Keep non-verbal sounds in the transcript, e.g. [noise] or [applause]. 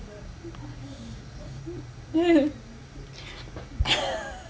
yeah [laughs]